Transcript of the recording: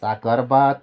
साकरबात